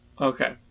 Okay